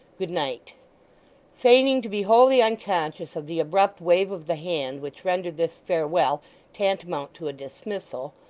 good night feigning to be wholly unconscious of the abrupt wave of the hand which rendered this farewell tantamount to a dismissal,